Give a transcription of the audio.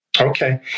Okay